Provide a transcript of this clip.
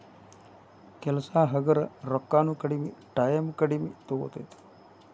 ಕೆಲಸಾ ಹಗರ ರೊಕ್ಕಾನು ಕಡಮಿ ಟಾಯಮು ಕಡಮಿ ತುಗೊತತಿ